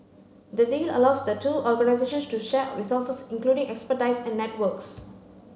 the deal allows the two organisations to share resources including expertise and networks